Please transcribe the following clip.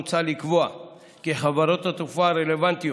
מוצע לקבוע כי חברות התעופה הרלוונטיות,